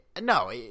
no